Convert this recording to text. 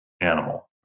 animal